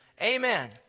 Amen